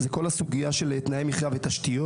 זה כל הסוגיה של תנאי מחייה ותשתיות.